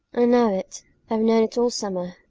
i know it i've known it all summer,